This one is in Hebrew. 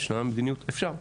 משתנה המדיניות, אפשר,